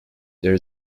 there